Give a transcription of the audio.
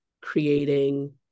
creating